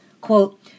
Quote